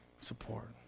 support